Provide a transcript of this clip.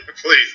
Please